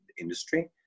industry